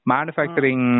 Manufacturing